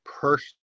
personally